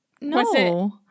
No